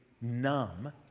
numb